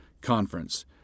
conference